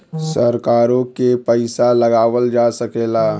सरकारों के पइसा लगावल जा सकेला